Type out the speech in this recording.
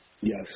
Yes